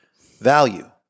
Value